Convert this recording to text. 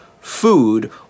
food